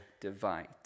divide